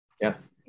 Yes